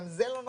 גם זה לא נכון,